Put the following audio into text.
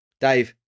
Dave